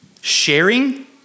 sharing